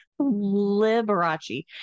Liberace